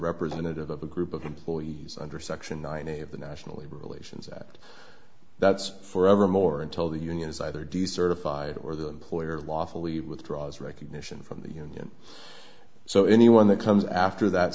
representative of a group of employees under section nine a of the national labor relations act that's for evermore until the unions either decertified or the employer lawfully withdraws recognition from the union so anyone that comes after that